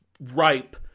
ripe